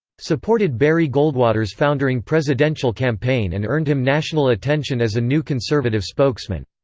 supported barry goldwater's foundering presidential campaign and earned him national attention as a new conservative spokesman.